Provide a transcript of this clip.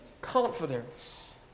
confidence